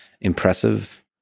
impressive